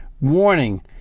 warning